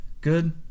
Good